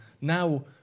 now